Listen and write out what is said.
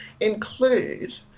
Include